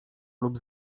lub